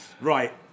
right